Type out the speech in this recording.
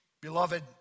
Beloved